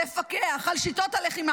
לפקח על שיטות הלחימה,